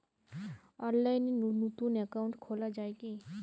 অনলাইনে নতুন একাউন্ট খোলা য়ায় কি?